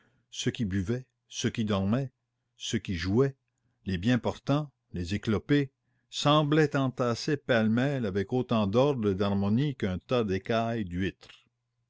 ce qui buvait ce qui dormait ce qui jouait les bien portants les éclopés semblaient entassés pêle-mêle avec autant d'ordre et d'harmonie qu'un tas d'écailles d'huîtres